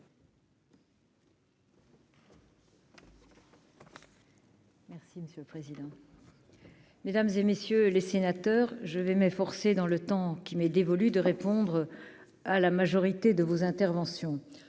Merci monsieur le président. Mesdames et messieurs les sénateurs, je vais m'efforcer dans le temps qui m'est dévolu, de répondre à la majorité de vos interventions,